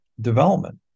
development